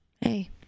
Hey